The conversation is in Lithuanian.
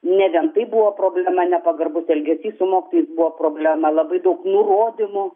ne vien tai buvo problema nepagarbus elgesys su mokytojais buvo problema labai daug nurodymų